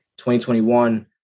2021